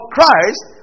Christ